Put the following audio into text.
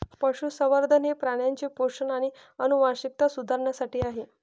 पशुसंवर्धन हे प्राण्यांचे पोषण आणि आनुवंशिकता सुधारण्यासाठी आहे